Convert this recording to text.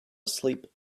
asleep